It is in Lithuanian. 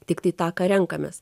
tiktai tą ką renkamės